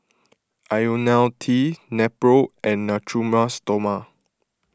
Ionil T Nepro and Natura Stoma